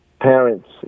parents